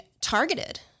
targeted